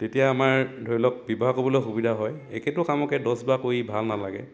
তেতিয়া আমাৰ ধৰি লওক ব্যৱহাৰ কৰিবলৈও সুবিধা হয় একেটা কামকে দহবাৰ কৰি ভাল নালাগে